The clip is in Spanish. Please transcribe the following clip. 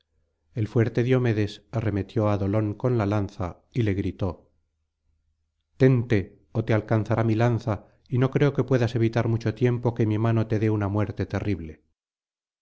el fuerte diomedes arremetió á dolón con la lanza y le gritó tente ó te alcanzará mi lanza y no creo que puedas evitar mucho tiempo que mi mano te dé una muerte terrible